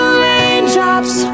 raindrops